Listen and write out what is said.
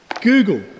Google